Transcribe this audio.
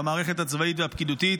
במערכת הצבאית והפקידותית